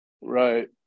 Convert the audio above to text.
Right